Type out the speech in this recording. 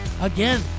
again